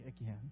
again